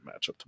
matchup